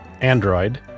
Android